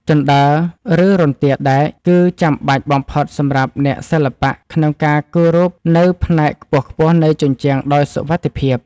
ជណ្ដើរ ឬរន្ទាដែក គឺចាំបាច់បំផុតសម្រាប់អ្នកសិល្បៈក្នុងការគូររូបនៅផ្នែកខ្ពស់ៗនៃជញ្ជាំងដោយសុវត្ថិភាព។